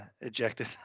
Ejected